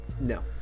No